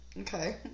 Okay